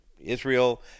Israel